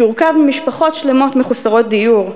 שהורכב ממשפחות שלמות מחוסרות דיור,